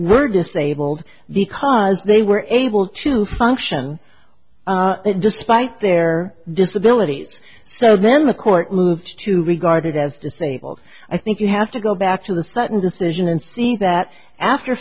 were disabled because they were able to function despite their disability so then the court moved to regard it as disabled i think you have to go back to the sutton decision and see that after